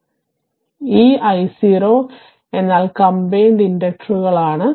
ഈ I0 എന്നാൽ combined ഇൻഡക്റ്ററുകൾ ആണ്